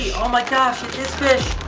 oh my gosh, it is fish!